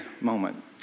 moment